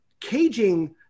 caging